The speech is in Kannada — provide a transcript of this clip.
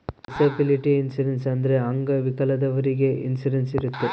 ಡಿಸಬಿಲಿಟಿ ಇನ್ಸೂರೆನ್ಸ್ ಅಂದ್ರೆ ಅಂಗವಿಕಲದವ್ರಿಗೆ ಇನ್ಸೂರೆನ್ಸ್ ಇರುತ್ತೆ